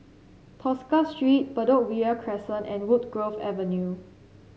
Tosca Street Bedok Ria Crescent and Woodgrove Avenue